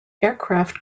aircraft